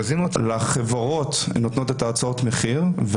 החברות נותנות את הצעות המחיר.